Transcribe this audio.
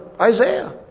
Isaiah